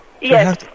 Yes